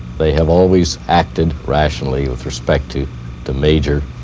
they have always acted rationally with respect to the major